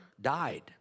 died